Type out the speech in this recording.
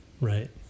Right